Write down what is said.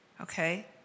okay